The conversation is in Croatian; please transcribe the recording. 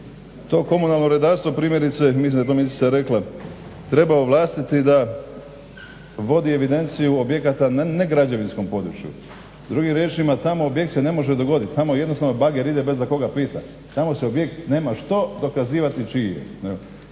To komunalno redarstvo primjerice, mislim da je to ministrica rekla, treba ovlastiti da vodi evidenciju objekata na ne građevinskom području, drugim riječima tamo objekt se ne može dogodit, tamo jednostavno bager ide bez da koga pita. Tamo se objekt nema što dokazivati čiji je,